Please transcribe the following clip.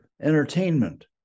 entertainment